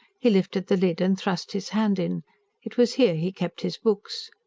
he lifted the lid and thrust his hand in it was here he kept his books.